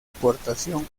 aportación